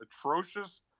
atrocious